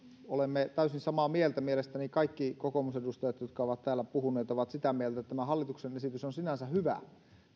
olemme täysin samaa mieltä mielestäni kaikki kokoomusedustajat jotka ovat täällä puhuneet ovat sitä mieltä että tämä hallituksen esitys on sinänsä hyvä